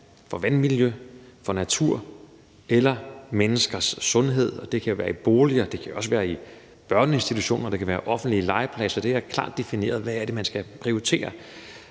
for vandmiljøet, for naturen eller for menneskers sundhed. Det kan være i boliger. Det kan også være i børneinstitutioner. Det kan være offentlige legepladser. Det er klart defineret, hvad det er, man skal prioritere,